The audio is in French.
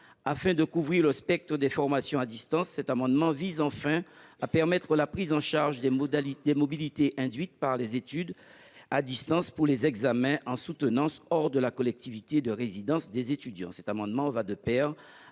Afin de couvrir tout le spectre des formations à distance, cet amendement a enfin pour objet de permettre la prise en charge des mobilités qu’induisent les études à distance pour les examens en soutenance hors de la collectivité de résidence des étudiants.